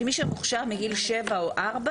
שמוכשר מגיל שבע או ארבע